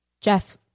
Jeff